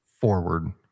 forward